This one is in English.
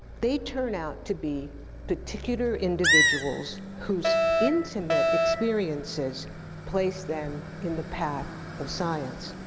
they turn out to be particular individuals whose intimate experiences place them in the path of science.